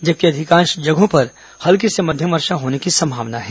जबकि अधिकांश जगहों पर हल्की से मध्यम वर्षा होने की संभावना है